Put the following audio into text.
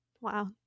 Wow